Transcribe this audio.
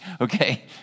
okay